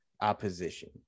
opposition